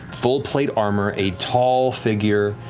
full plate armor, a tall figure,